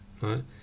right